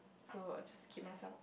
so just keep myself